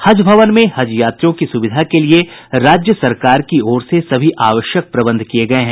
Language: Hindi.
हज भवन में हज यात्रियों की सुविधा के लिए राज्य सरकार की ओर से सभी आवश्यक प्रबंध किये गये हैं